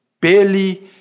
barely